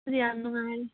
ꯑꯗꯨꯗꯤ ꯌꯥꯝ ꯅꯨꯡꯉꯥꯏꯔꯦ